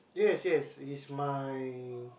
yes yes his smile